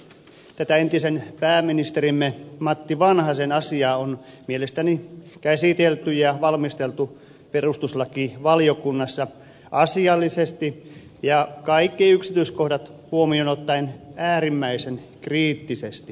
tätä entisen pääministerimme matti vanhasen asiaa on mielestäni käsitelty ja valmisteltu perustuslakivaliokunnassa asiallisesti ja kaikki yksityiskohdat huomioon ottaen äärimmäisen kriittisesti